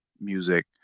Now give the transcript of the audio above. music